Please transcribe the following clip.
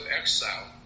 exile